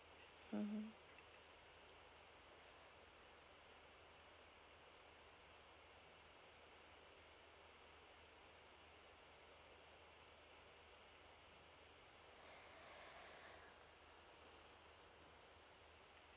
mmhmm